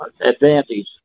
advantage